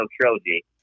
trilogy